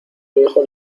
viejo